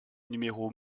numéro